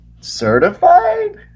certified